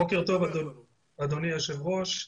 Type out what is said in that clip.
בוקר טוב, אדוני היושב ראש.